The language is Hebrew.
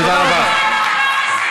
מה זה הדבר הזה?